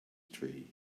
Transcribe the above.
tree